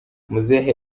muzehe